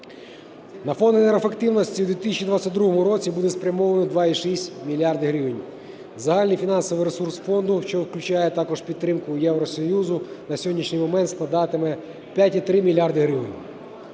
На Фонд енергоефективності в 2022 році буде спрямовано 2,6 мільярда гривень. Загальний фінансовий ресурс фонду, що включає також підтримку Євросоюзу, на сьогоднішній момент складатиме 5,3 мільярда